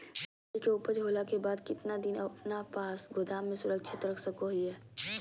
मूंगफली के ऊपज होला के बाद कितना दिन अपना पास गोदाम में सुरक्षित रख सको हीयय?